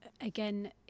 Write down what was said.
Again